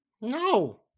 No